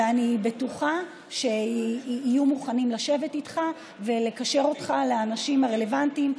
ואני בטוחה שיהיו מוכנים לשבת איתך ולקשר אותך לאנשים הרלוונטיים,